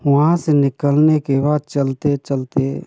वहाँ से निकलने के बाद चलते चलते